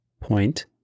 Point